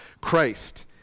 Christ